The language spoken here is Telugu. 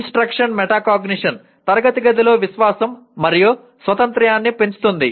ఇన్స్ట్రక్షన్ మెటాకాగ్నిషన్ తరగతి గదిలో విశ్వాసం మరియు స్వాతంత్ర్యాన్ని పెంచుతుంది